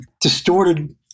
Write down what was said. distorted